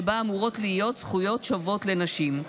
שבה אמורות להיות זכויות שוות לנשים.